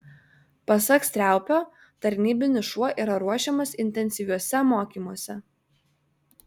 pasak striaupio tarnybinis šuo yra ruošiamas intensyviuose mokymuose